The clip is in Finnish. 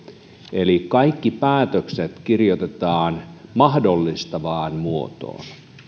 eli kaikki päätökset kirjoitetaan mahdollistavaan muotoon